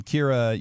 Kira